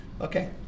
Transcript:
Okay